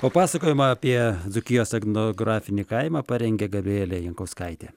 o pasakojimą apie dzūkijos egnografinį kaimą parengė gabrielė jankauskaitė